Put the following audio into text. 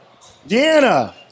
Deanna